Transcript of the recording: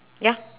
ya